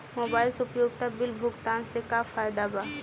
Mobile से उपयोगिता bill भुगतान से का फायदा बा?